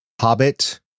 Hobbit